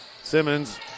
Simmons